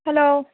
hello